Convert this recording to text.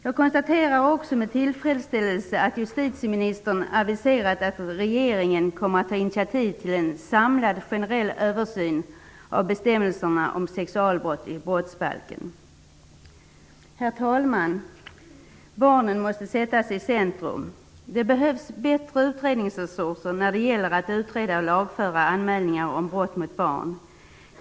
Jag konstaterar också med tillfredsställelse att justitieministern har aviserat att regeringen kommer att ta initiativ till en samlad generell översyn av bestämmelserna om sexualbrott i brottsbalken. Herr talman! Barnen måste sättas i centrum. Det behövs bättre utredningsresurser när det gäller arbetet med att utreda och lagföra anmälningar om brott mot barn.